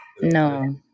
No